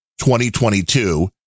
2022